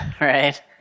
right